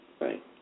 right